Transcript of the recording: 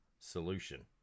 solution